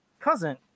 cousin